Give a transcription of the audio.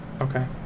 Okay